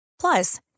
Plus